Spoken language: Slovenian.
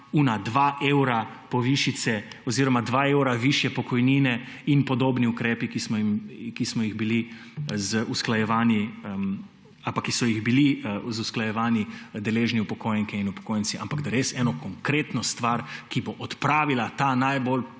tista dva evra povišice oziroma dva evra višje pokojnine in podobne ukrepe, ki so jih bili z usklajevanji deležni upokojenke in upokojenci, ampak da res eno konkretno stvar, ki bo odpravila ta najbolj